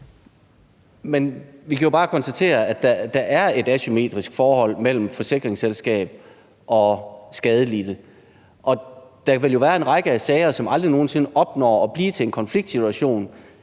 Men vi kan jo bare konstatere, at der er et asymmetrisk forhold mellem forsikringsselskab og skadelidte. Der vil jo være en række af sager, som aldrig nogen sinde opnår at blive til en konfliktsituation,